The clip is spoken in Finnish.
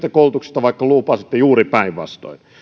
koulutuksesta vaikka lupasitte juuri päinvastoin